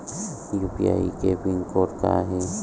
UPI के pin code का हे?